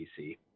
PC